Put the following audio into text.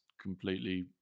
completely